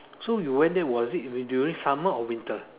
so you went there was it during summer or winter